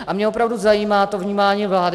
A mě opravdu zajímá to vnímání vlády.